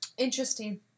Interesting